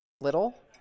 Little